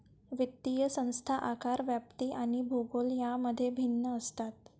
वित्तीय संस्था आकार, व्याप्ती आणि भूगोल यांमध्ये भिन्न असतात